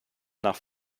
nach